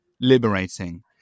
liberating